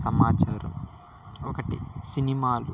సమాచారం ఒకటి సినిమాలు